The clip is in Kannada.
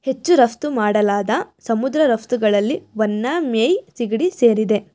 ಹೆಚ್ಚು ರಫ್ತು ಮಾಡಲಾದ ಸಮುದ್ರ ರಫ್ತುಗಳಲ್ಲಿ ವನ್ನಾಮೇಯ್ ಸಿಗಡಿ ಸೇರಿದೆ